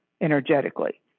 energetically